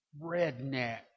redneck